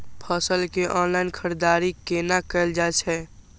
फसल के ऑनलाइन खरीददारी केना कायल जाय छै?